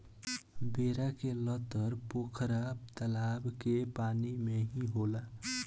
बेरा के लतर पोखरा तलाब के ही पानी में होला